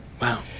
Wow